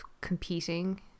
competing